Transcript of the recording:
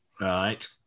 Right